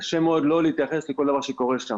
קשה מאוד לא להתייחס לכל דבר שקורה שם.